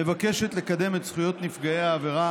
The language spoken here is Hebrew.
מבקשת לקדם את זכויות נפגעי העבירה